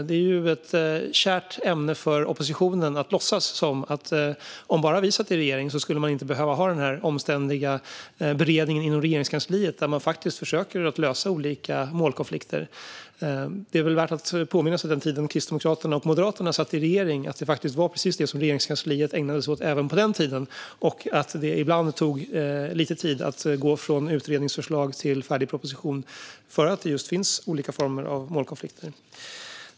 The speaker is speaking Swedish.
Det är ju ett kärt ämne för oppositionen att låtsas som att man inte skulle behöva ha denna omständliga beredning inom Regeringskansliet - där man faktiskt försöker att lösa olika målkonflikter - om bara oppositionen satt i regering. Det är väl värt att påminna sig om att det faktiskt var precis detta som Regeringskansliet ägnade sig åt även på den tid då Kristdemokraterna och Moderaterna satt i regering och att det ibland tog lite tid att gå från utredningsförslag till färdig proposition just eftersom det fanns olika former av målkonflikter.